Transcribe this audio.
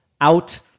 out